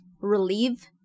relieve